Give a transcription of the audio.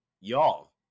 Y'all